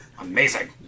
amazing